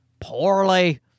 poorly